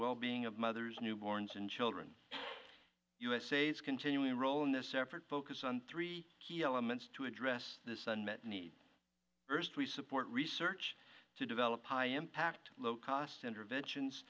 wellbeing of mothers newborns and children usas continuing role in this effort focus on three key elements to address this unmet need first we support research to develop i am packed low cost interventions